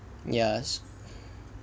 yes